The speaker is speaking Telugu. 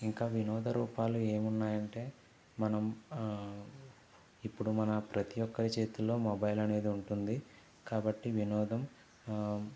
ఇంకా వినోద రూపాలు ఏమున్నాయి అంటే మనం ఇప్పుడు మన ప్రతి ఒక్కరి చేతుల్లో మొబైల్ అనేది ఉంటుంది కాబట్టి వినోదం